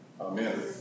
Amen